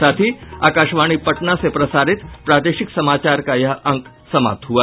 इसके साथ ही आकाशवाणी पटना से प्रसारित प्रादेशिक समाचार का ये अंक समाप्त हुआ